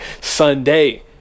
Sunday